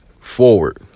forward